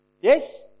Yes